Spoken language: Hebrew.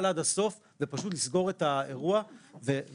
עד הסוף ופשוט לסגור את האירוע ולהתקדם.